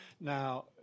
Now